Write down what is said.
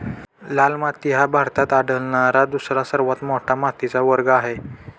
लाल माती हा भारतात आढळणारा दुसरा सर्वात मोठा मातीचा वर्ग आहे